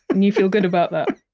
and you feel good about that?